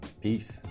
peace